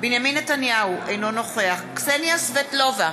בנימין נתניהו, אינו נוכח קסניה סבטלובה,